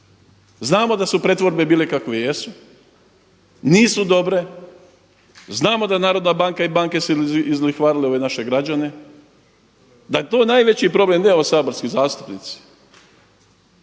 Znamo da se pretvorbe bile kakve jesu, nisu dobre, znamo da Narodna banke i banke izlihvarile ove naše građane, da je to najveći problem, ne … saborski zastupnici.